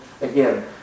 Again